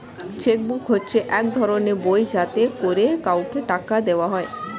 check book হচ্ছে এক ধরনের বই যাতে করে কাউকে টাকা দেওয়া হয়